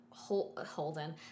holden